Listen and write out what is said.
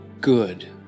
good